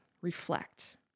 reflect